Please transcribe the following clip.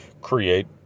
create